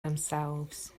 themselves